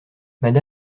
mme